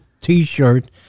T-shirt